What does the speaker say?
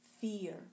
fear